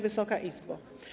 Wysoka Izbo!